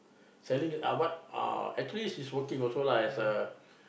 selling ah what uh actually she's working also lah as a